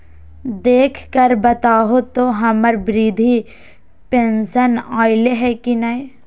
देख कर बताहो तो, हम्मर बृद्धा पेंसन आयले है की नय?